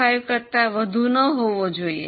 875 કરતાં વધુ ન હોવો જોઈએ